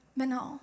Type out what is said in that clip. Manal